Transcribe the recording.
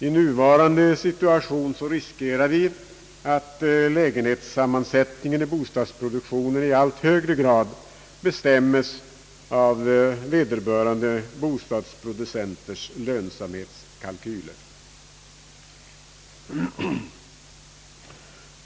I nuvarande situation riskerar vi att lägenhetssammansättningen i bostadsproduktionen i allt högre grad bestäms av vederbörande bostadsproducenters lönsamhetskalkyler.